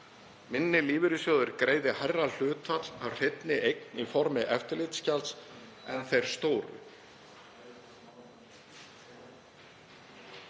Minni lífeyrissjóðir greiði hærra hlutfall af hreinni eign í formi eftirlitsgjalds en þeir stóru.